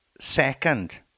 second